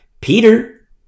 Peter